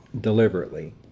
deliberately